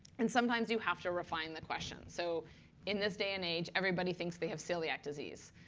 and sometimes, you have to refine the question. so in this day and age, everybody thinks they have celiac disease.